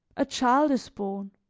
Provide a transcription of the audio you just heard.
a child is born.